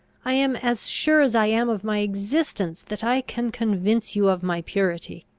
i am as sure as i am of my existence, that i can convince you of my purity.